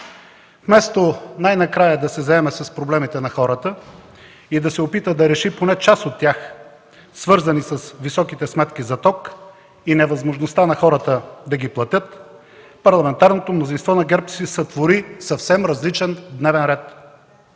Вместо най накрая да се заеме с проблемите на хората и да се опита да реши поне част от тях, свързани с високите сметки за ток и невъзможността на хората да ги платят, парламентарното мнозинство на ГЕРБ си сътвори съвсем различен дневен ред.